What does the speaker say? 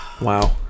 Wow